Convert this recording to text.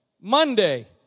Monday